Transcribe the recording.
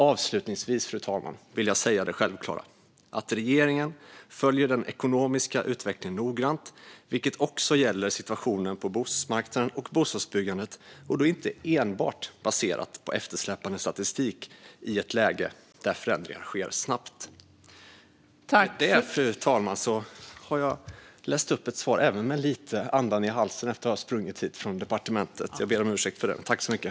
Avslutningsvis vill jag säga det självklara, att regeringen följer den ekonomiska utvecklingen noggrant, vilket också gäller situationen på bostadsmarknaden och bostadsbyggandet och då inte enbart baserat på eftersläpande statistik i ett läge där förändringar sker snabbt.